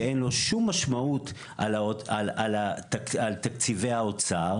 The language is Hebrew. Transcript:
שאין לו שום משמעות על תקציבי האוצר.